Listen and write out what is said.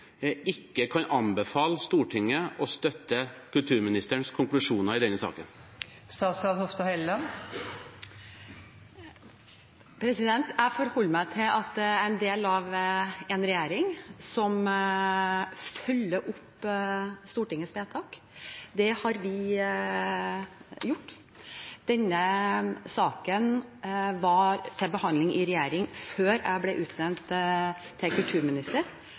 ikke kan anbefale Stortinget å støtte kulturministerens konklusjoner i denne saken? Jeg forholder meg til at jeg er en del av en regjering som følger opp Stortingets vedtak. Det har vi gjort. Denne saken var til behandling i regjering før jeg ble utnevnt til kulturminister